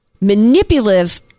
manipulative